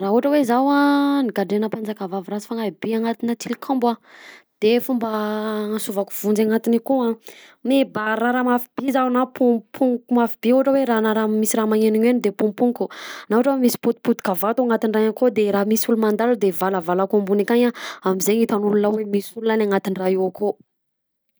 Rah ohatra hoe zaho a nogadraina mpanjaka vavy rasy fanahy be anatina tilikambo a de fomba anasovako vonjy anatiny akao mibarara mafy be zaho na pohipohiko mafy be ohatra hoe raha na misy raha manenoneno de pohipohiko na ohatra hoe misy potipotika vato anatin'ny raha io akao de raha misy olo mandalo eo de valavalako ambony akany amizegny hitan'olona hoe misy olona any anaty raha iny akao.